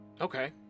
Okay